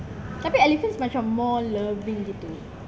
have you elephants much or more loving detail